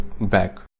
back